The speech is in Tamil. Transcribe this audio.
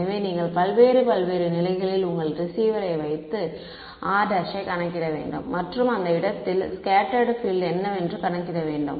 எனவே நீங்கள் பல்வேறு பல்வேறு நிலைகளில் உங்கள் ரிசீவரை வைத்து r ′ கணக்கிட வேண்டும் மற்றும் அந்த இடத்தில் ஸ்கேட்டர்டு பீல்ட் என்னவென்று கணக்கிட வேண்டும்